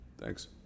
thanks